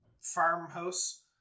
farmhouse